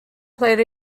played